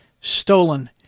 stolen